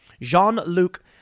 Jean-Luc